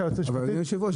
אדוני היושב-ראש,